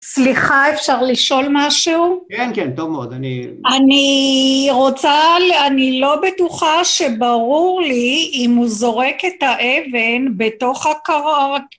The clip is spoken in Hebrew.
סליחה, אפשר לשאול משהו? כן, כן, טוב מאוד, אני... אני רוצה, אני לא בטוחה שברור לי אם הוא זורק את האבן בתוך הקרקע.